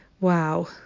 Wow